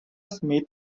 smith